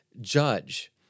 judge